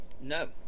No